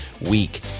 week